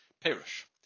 perish